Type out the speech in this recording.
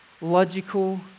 logical